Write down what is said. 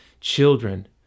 Children